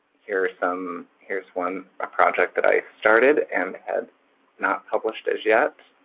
here are some, here's one, a project that i started and had not published as yet.